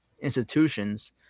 institutions